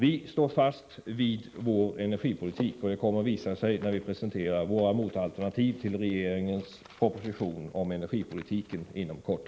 Vi står fast vid vår energipolitik, vilket kommer att framgå när vi presenterar våra motalternativ till regeringens proposition om energipolitiken som kommer inom kort.